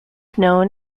known